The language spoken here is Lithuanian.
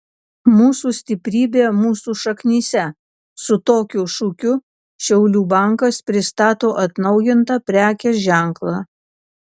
mūsų stiprybė mūsų šaknyse su tokiu šūkiu šiaulių bankas pristato atnaujintą prekės ženklą